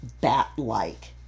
bat-like